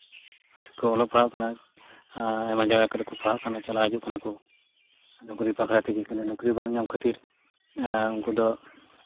ᱥᱮᱠᱚ ᱚᱞᱚᱜ ᱯᱟᱲᱦᱟᱜ ᱠᱟᱱᱟ ᱟᱭᱢᱟ ᱡᱟᱭᱜᱟ ᱠᱚᱨᱮᱜ ᱠᱚ ᱯᱟᱲᱦᱟᱜ ᱠᱟᱱᱟ ᱪᱟᱞᱟᱣ ᱦᱤᱡᱩᱜ ᱠᱟᱱᱟ ᱠᱚ ᱱᱚᱠᱨᱤ ᱵᱟᱝ ᱧᱟᱢ ᱠᱷᱟᱹᱛᱤᱨ ᱟᱨ ᱩᱱᱠᱩ ᱫᱚ